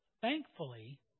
thankfully